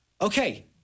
Okay